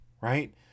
right